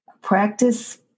Practice